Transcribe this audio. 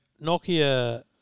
Nokia